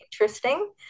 interesting